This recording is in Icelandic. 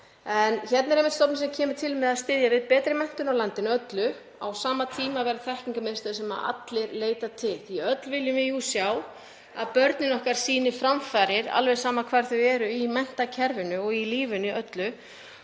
Hérna er einmitt stofnun sem kemur til með að styðja við betri menntun á landinu öllu og á sama tíma verður til þekkingarmiðstöð sem allir geta leitað til því að öll viljum við jú sjá að börnin okkar sýni framfarir, alveg sama hvar þau eru í menntakerfinu og í lífinu öllu.